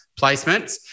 placements